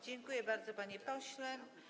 Dziękuję bardzo, panie pośle.